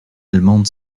allemande